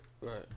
Right